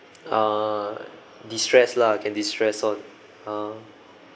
a'ah distress lah can distress lor ah